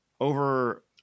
over